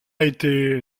été